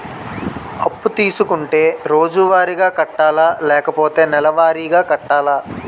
అప్పు తీసుకుంటే రోజువారిగా కట్టాలా? లేకపోతే నెలవారీగా కట్టాలా?